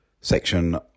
section